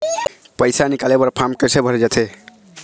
पैसा निकाले बर फार्म कैसे भरे जाथे?